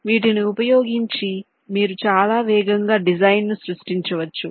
వీటిని ఉపయోగించి మీరు చాలా వేగంగా డిజైన్ను సృష్టించవచ్చు